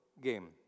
game